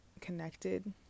connected